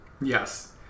Yes